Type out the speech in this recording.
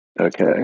okay